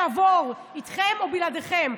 יעבור איתכם או בלעדיכם,